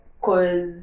cause